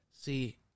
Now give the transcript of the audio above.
See